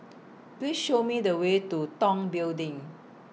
Please Show Me The Way to Tong Building